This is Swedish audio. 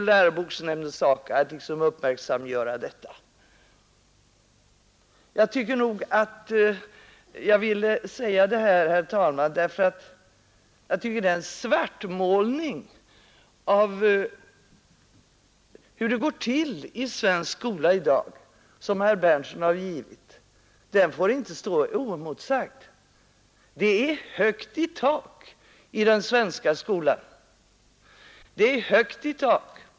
Jag vill säga detta, hetr talman. därför att jag tycker att den svart målning av hur det gar till i svensk skola i dag som herr Berndtson gaiort inte lar stå oemotsagd. Det är högt i tak i den svenska skolan.